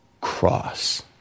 cross